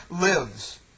lives